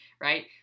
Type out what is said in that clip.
right